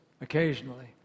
occasionally